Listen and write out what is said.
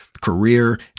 career